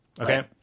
Okay